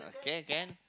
can can